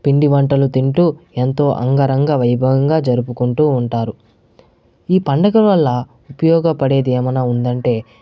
పిండి వంటలు తింటూ ఎంతో అంగరంగ వైభవంగా జరుపుకుంటూ ఉంటారు ఈ పండుగల వల్ల ఉపయోగపడేది ఏమైనా ఉందంటే